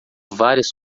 várias